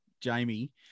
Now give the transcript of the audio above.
Jamie